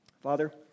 Father